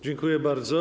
Dziękuję bardzo.